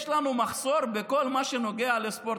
יש לנו מחסור בכל מה שנוגע לספורט,